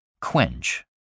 Quench